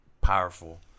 powerful